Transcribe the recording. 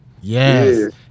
Yes